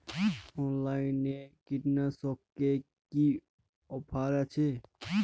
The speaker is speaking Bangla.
অনলাইনে কীটনাশকে কি অফার আছে?